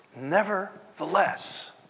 Nevertheless